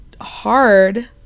hard